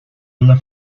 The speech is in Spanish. una